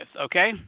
okay